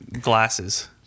Glasses